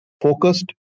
focused